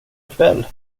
ikväll